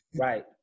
Right